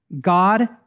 God